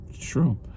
True